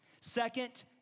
Second